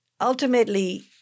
ultimately